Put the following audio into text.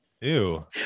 Ew